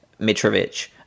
Mitrovic